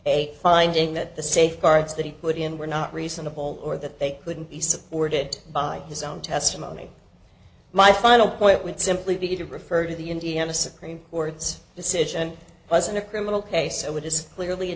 a finding that the safeguards that he put in were not reasonable or that they couldn't be supported by his own testimony my final point would simply be to refer to the indiana supreme court's decision was in a criminal case so it is clearly a